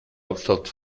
hauptstadt